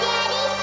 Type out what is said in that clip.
Daddy